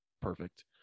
perfect